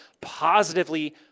positively